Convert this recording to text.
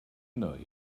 know